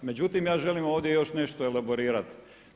Međutim, ja želim ovdje još nešto elaborirati.